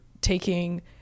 taking